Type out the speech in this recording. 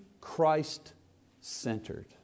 Christ-centered